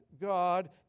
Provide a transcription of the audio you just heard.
God